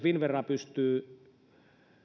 finnvera pystyy